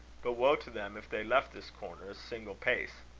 but woe to them if they left this corner a single pace!